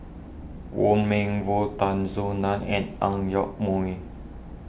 Wong Meng Voon Tan Soo Nan and Ang Yoke Mooi